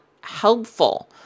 helpful